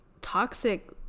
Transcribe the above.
toxic